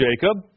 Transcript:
Jacob